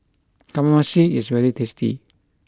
Kamameshi is very tasty